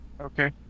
Okay